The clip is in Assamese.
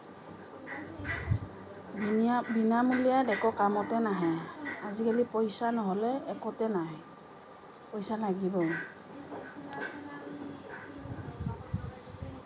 বিনামূলীয়াত একো কামতে নাহে আজিকালি পইচা নহ'লে একোতে নাহে পইচা লাগিবই